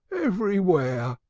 everywhere!